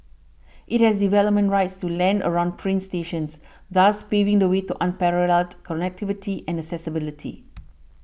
it has development rights to land around train stations thus paving the way to unparalleled connectivity and accessibility